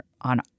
on